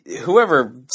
whoever